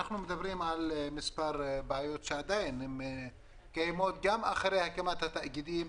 אנחנו מדברים על מספר בעיות שעדיין קיימות גם לאחר הקמת התאגידים.